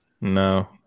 No